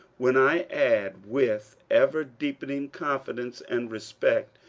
when i add, with ever-deepening confidence and respect.